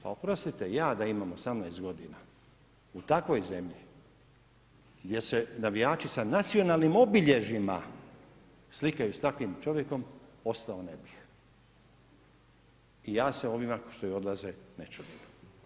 Pa oprostite ja da imam 18 godina u takvoj zemlji gdje se navijači sa nacionalnim obilježjima slikaju s takvim čovjekom ostao ne bih i ja se ovima što odlaze ne čudim.